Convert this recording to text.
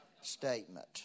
statement